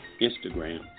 Instagram